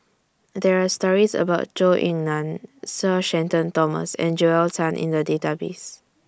There Are stories about Zhou Ying NAN Sir Shenton Thomas and Joel Tan in The Database